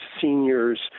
seniors